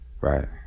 Right